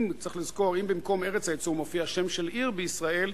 צריך לזכור שאם במקום ארץ הייצור מופיע שם של עיר בישראל,